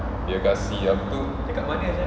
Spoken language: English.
dia kasi apa tu